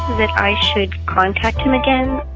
that i should contact him again.